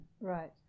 Right